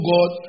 God